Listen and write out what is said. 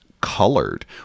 colored